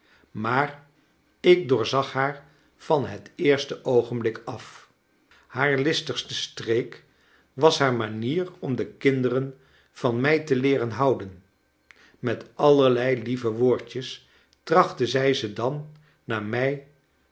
maar ik doorzag haar van het eerste oogenblik af haar listigste streek was haar manier om de kinderen van mij te leeren houden met allerlei lieve woordjes trachtte zij ze dan naar mij